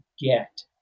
get